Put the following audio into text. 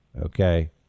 Okay